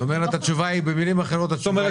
כלומר, במילים אחרות, התשובה היא כן.